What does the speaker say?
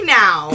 now